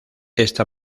esta